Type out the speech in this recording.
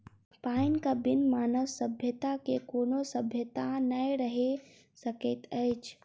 पाइनक बिन मानव सभ्यता के कोनो सभ्यता नै रहि सकैत अछि